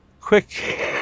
quick